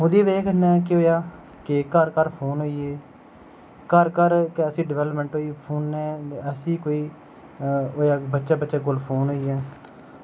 ओह्दी बजह कन्नै केह् होआ कि घर घर फोन होई गे घर घर ऐसी डेवेल्पमेंट होई कि ऐसी कोई बच्चे बच्चे कोल फोन होइया